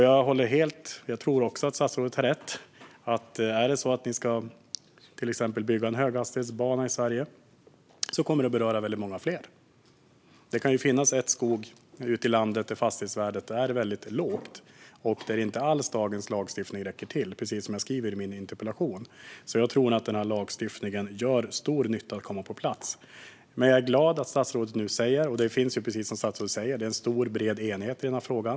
Jag tror att statsrådet har rätt; är det så att vi till exempel ska bygga en höghastighetsbana i Sverige kommer det att beröra väldigt många fler. Det kan ju finnas skog ute i landet där fastighetsvärdet är väldigt lågt och där dagens lagstiftning inte alls räcker till, precis som jag nämnde i min interpellation, så jag tror att denna lagstiftning kommer att göra stor nytta när den kommer på plats. Som statsrådet säger finns det en stor och bred enighet i denna fråga.